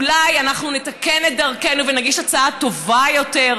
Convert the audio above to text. אולי אנחנו נתקן את דרכנו ונגיש הצעה טובה יותר.